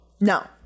No